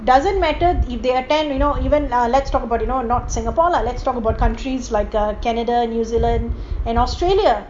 doesn't matter if they attend you know even let's talk about you know not singapore lah let's talk about countries like canada new zealand and australia